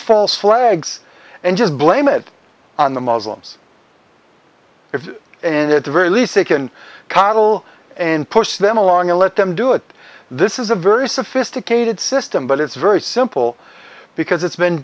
false flags and just blame it on the muslims and at the very least they can coddle and push them along and let them do it this is a very sophisticated system but it's very simple because it's been